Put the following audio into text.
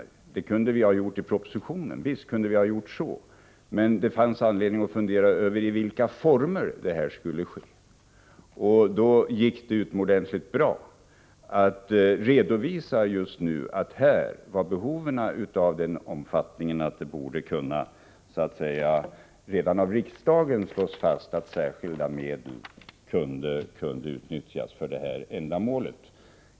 Visst kunde vi ha gjort det i propositionen, men det fanns anledning att fundera över i vilka former det hela skulle ske, och då gick det utomordentligt bra att just nu redovisa omfattningen av behoven och att låta riksdagen slå fast att särskilda medel kunde utnyttjas för detta ändamål.